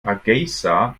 hargeysa